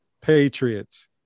Patriots